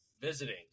visiting